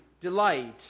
delight